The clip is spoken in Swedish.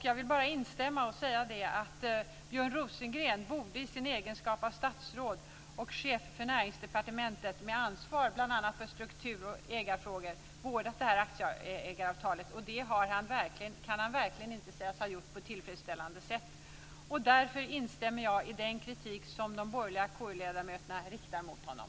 Jag vill bara instämma och säga att Björn Rosengren i sin egenskap av statsråd och chef för Näringsdepartementet, med ansvar bl.a. för struktur och ägarfrågor, borde ha vårdat det här aktieägaravtalet. Det kan han verkligen inte sägas ha gjort på ett tillfredsställande sätt. Därför instämmer jag i den kritik som de borgerliga KU-ledamöterna riktar mot honom.